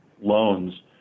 loans